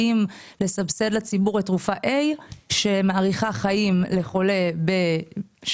האם לסבסד לציבור את תרופה A שמאריכה חיים לחולה בשנה,